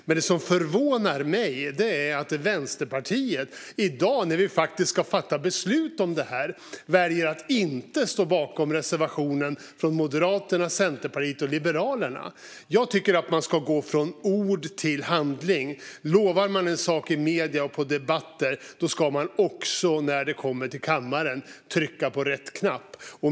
Men det som förvånar mig är att Vänsterpartiet i dag när vi ska fatta beslut om detta väljer att inte stå bakom reservationen från Moderaterna, Centerpartiet och Liberalerna. Jag tycker att man ska gå från ord till handling. Lovar men en sak i medierna och i debatter ska man också när det kommer till kammaren trycka på rätt knapp.